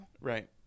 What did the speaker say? Right